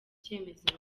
cyemezo